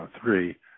three